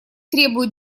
требуют